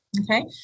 Okay